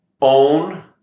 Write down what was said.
Own